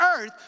earth